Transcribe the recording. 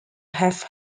have